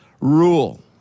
rule